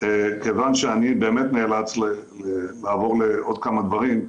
כיוון שאני באמת נאלץ לעבור לעוד כמה דברים.